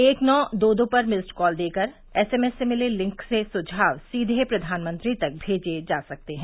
एक नौ दो दो पर मिस्ड कॉल देकर एसएमएस से मिले लिंक से सुझाव सीधे प्रधानमंत्री तक भेजे जा सकते हैं